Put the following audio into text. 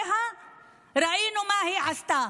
ראינו מה היא עשתה.